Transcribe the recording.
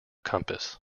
compass